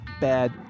bad